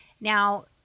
Now